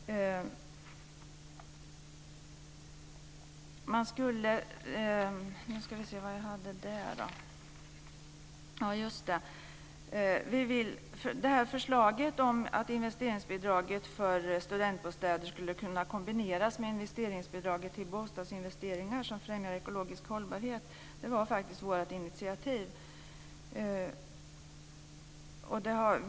Förslaget om att investeringsbidraget till studentbostäder skulle kunna kombineras med investeringsbidraget till bostadsinvesteringar som främjar ekologiskt hållbarhet var faktiskt vårt initiativ.